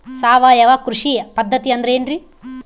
ಸಾವಯವ ಕೃಷಿ ಪದ್ಧತಿ ಅಂದ್ರೆ ಏನ್ರಿ?